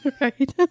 Right